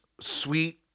sweet